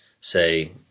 say